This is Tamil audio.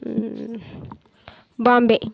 பாம்பே